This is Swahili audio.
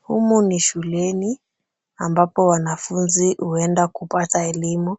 Humo ni shuleni ambapo wanafunzi huenda kupata elimu